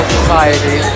Society